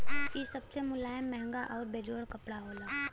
इ सबसे मुलायम, महंगा आउर बेजोड़ कपड़ा होला